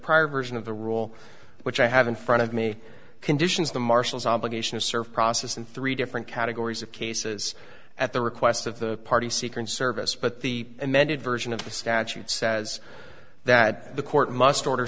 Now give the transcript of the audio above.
prior version of the rule which i have in front of me conditions the marshals obligation to serve process in three different categories of cases at the request of the party secret service but the amended version of the statute says that the court must order